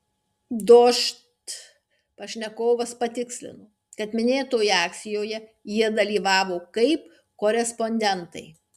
dožd pašnekovas patikslino kad minėtoje akcijoje jie dalyvavo kaip korespondentai